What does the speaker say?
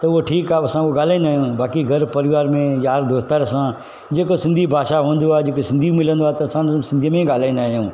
त उहो ठीकु आहे असां उ ॻाल्हाईंदा आहियूं बाक़ी घरु परिवार में यारु दोस्तनि सां जेको सिंधी भाषा हूंदो आहे जेके सिंधी मिलंदो आहे त असां त सिंधी में ॻाल्हाईंदा आहियूं